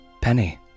Penny